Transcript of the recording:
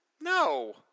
No